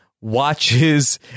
watches